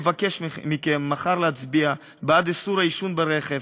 אבקש מכם מחר להצביע בעד איסור העישון ברכב